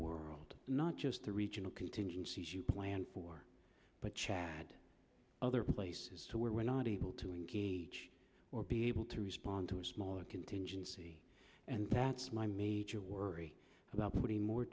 world not just the regional contingencies you plan for but chad other places where we're not able to engage or be able to respond to a smaller contingency and that's my major worry about putting more